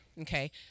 Okay